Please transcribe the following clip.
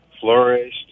flourished